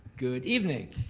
good evening.